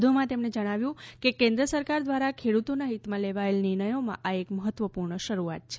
વધુમાં તેમણે જણાવ્યું કે કેન્દ્ર સરકાર દ્વારા ખેડૂતોના હિતમાં લેવાયેલ નિર્ણયોમાં આ એક મહત્વપૂર્ણ શરૂઆત છે